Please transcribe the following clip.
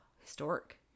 historic